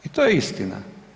I to je istina.